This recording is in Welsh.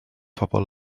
pobl